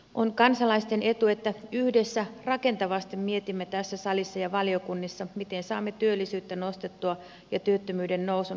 on kansalaisten etu että yhdessä rakentavasti mietimme tässä salissa ja valiokunnissa miten saamme työllisyyttä nostettua ja työttömyyden nousun katkaistua